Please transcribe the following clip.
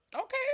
Okay